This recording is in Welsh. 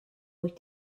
wyt